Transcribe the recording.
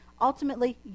Ultimately